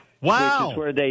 Wow